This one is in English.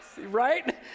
Right